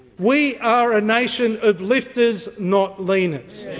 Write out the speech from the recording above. we are a nation of lifters, not leaners.